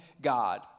God